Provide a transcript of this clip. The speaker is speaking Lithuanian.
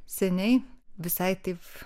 seniai visai taip